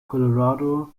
colorado